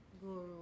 guru